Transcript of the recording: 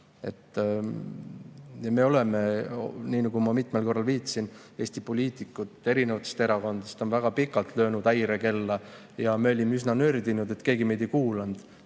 Me oleme, nagu ma mitmel korral viitasin, Eesti poliitikud erinevatest erakondadest, väga pikalt löönud häirekella. Ja me olime üsna nördinud, et keegi meid ei kuulanud.